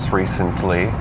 recently